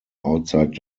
outside